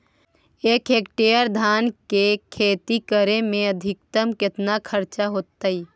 एक हेक्टेयर धान के खेती करे में अधिकतम केतना खर्चा होतइ?